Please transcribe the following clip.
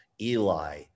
Eli